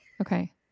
okay